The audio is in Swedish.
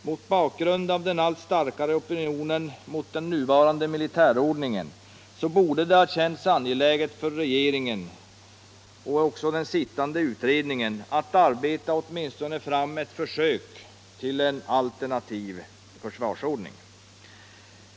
Mot bakgrund av den allt starkare opinionen mot den nuvarande militärordningen borde det ha känts angeläget för regeringen och den sittande utredningen att arbeta fram åtminstone ett försök till en alternativ försvarsordning.